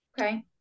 Okay